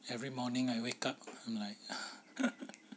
every morning I wake up I'm like